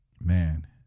Man